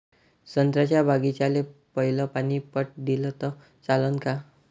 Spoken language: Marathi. संत्र्याच्या बागीचाले पयलं पानी पट दिलं त चालन का?